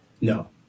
no